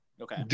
Okay